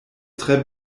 tre